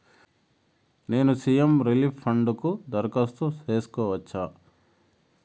నేను CM relief fund కు దరఖాస్తు సేసుకోవచ్చా?